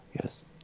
yes